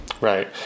Right